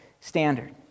standard